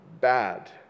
bad